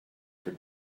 for